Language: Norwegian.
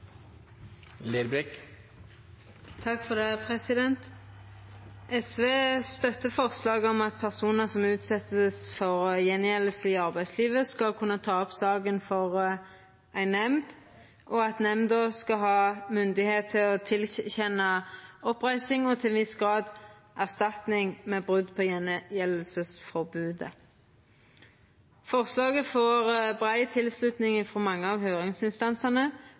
SV støttar forslaget om at personar som vert utsette for gjengjelding i arbeidslivet, skal kunna ta opp saka for ei nemnd, og at nemnda skal ha myndigheit til å tilkjenna oppreising og til ein viss grad erstatning ved brot på gjengjeldingsforbodet. Forslaget får brei tilslutning frå mange av høyringsinstansane.